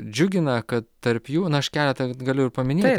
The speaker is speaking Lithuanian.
džiugina kad tarp jų na aš keletą galiu ir paminėti